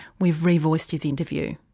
we've revoiced his interview.